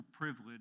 privilege